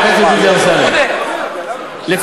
גם רשות מקרקעי ישראל וגם החברה שמובילה את העניין,